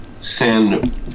send